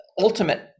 ultimate